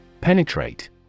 Penetrate